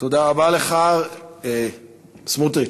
תודה רבה לך, סמוטריץ.